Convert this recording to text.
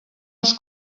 els